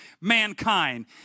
mankind